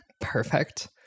Perfect